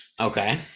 okay